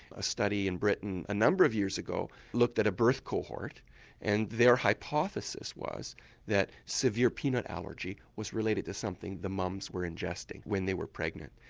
a study in britain a number of years ago looked at a birth cohort and their hypothesis was that severe peanut allergy was related to something the mums were ingesting when they were pregnant.